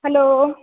hello